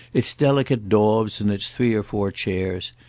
its delicate daubs and its three or four chairs,